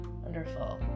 Wonderful